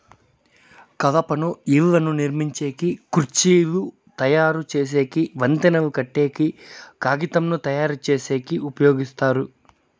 కలపను ఇళ్ళను నిర్మించేకి, కుర్చీలు తయరు చేసేకి, వంతెనలు కట్టేకి, కాగితంను తయారుచేసేకి ఉపయోగిస్తారు